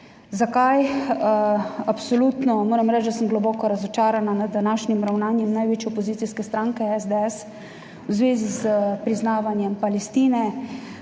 Zakaj? Absolutno moram reči, da sem globoko razočarana nad današnjim ravnanjem največje opozicijske stranke SDS v zvezi s priznavanjem Palestine,